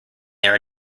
their